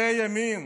זה הימין.